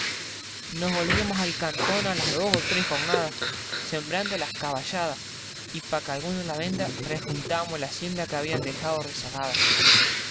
nos volvíamos al cantón a las dos o tres jornadas sembrando las caballadas y pa que alguno la venda rejuntábamos la hacienda que habían dejao rezagada